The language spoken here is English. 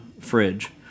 fridge